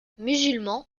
musulman